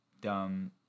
dumb